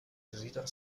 desidera